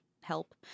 help